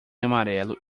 amarelo